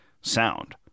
sound